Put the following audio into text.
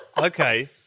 Okay